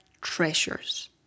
treasures